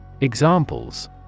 Examples